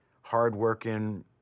hard-working